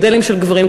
מודלים של גברים,